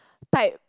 type